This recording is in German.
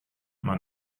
man